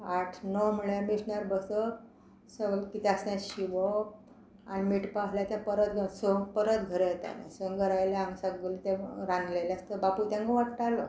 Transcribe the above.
आठ णव म्हणल्यार मेशिनार बसप स कितें आस् तें शिंवप आनी मेटपा आसल्या तें परत संक परत घरां येतालें संग घर आयल्या आमी ते रांदलेलें आसता बापूय तांकां वाडटालो